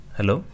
Hello